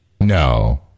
No